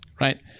right